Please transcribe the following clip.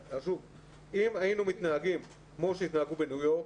אם היינו מתנהגים כמו שהתנהגו בניו יורק,